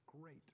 Great